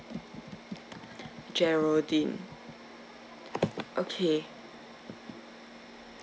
geraldine okay